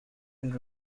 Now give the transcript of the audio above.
and